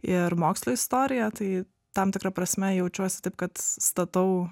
ir mokslo istoriją tai tam tikra prasme jaučiuosi taip kad statau